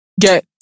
get